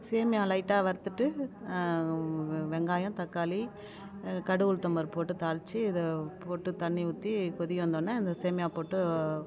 சேமியா லைட்டாக வறுத்துவிட்டு வெங்காயம் தக்காளி கடுகு உளுத்தம் பருப்பு போட்டு தாளித்து இதை போட்டு தண்ணி ஊற்றி கொதி வந்தோவுன்ன அந்த சேமியா போட்டு